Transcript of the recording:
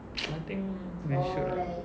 I think they should ah